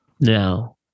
Now